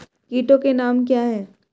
कीटों के नाम क्या हैं?